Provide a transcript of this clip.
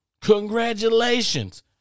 Congratulations